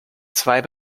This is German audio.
zwei